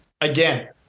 again